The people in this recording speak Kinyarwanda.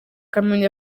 kamonyi